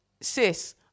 sis